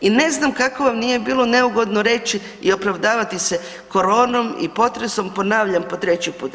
I ne znam kako vam nije bilo neugodno reći i opravdavati se koronom i potresom, ponavljam po treći put.